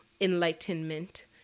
enlightenment